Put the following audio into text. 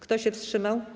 Kto się wstrzymał?